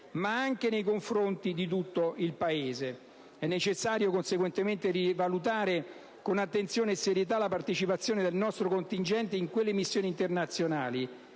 ma anche nei confronti di tutto il Paese. È necessario, conseguentemente, rivalutare con attenzione e serietà la partecipazione del nostro contingente in queste missioni internazionali.